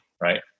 right